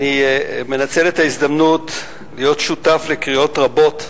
אני מנצל את ההזדמנות להיות שותף לקריאות רבות,